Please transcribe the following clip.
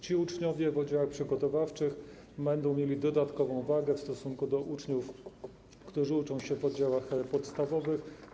Ci uczniowie w oddziałach przygotowawczych będą mieli dodatkową wagę w stosunku do uczniów, którzy uczą się w oddziałach podstawowych.